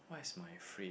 what is my favourite